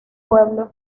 pueblo